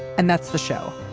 and that's the show.